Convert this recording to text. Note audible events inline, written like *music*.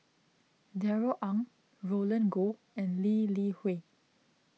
*noise* Darrell Ang Roland Goh and Lee Li Hui